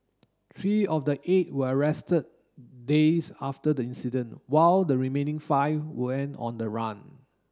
three of the eight were arrested days after the incident while the remaining five went on the run